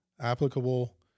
applicable